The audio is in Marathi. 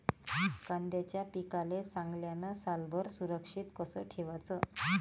कांद्याच्या पिकाले चांगल्यानं सालभर सुरक्षित कस ठेवाचं?